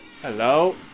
Hello